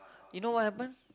you know what happen